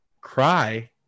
Cry